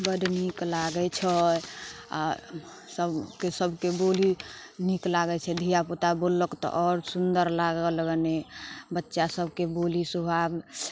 बड्ड नीक लागै छै आओर सभके बोली नीक लागै छै धिआपुता बोललक तऽ आओर सुन्दर लागल कनि बच्चासभके बोली स्वभाव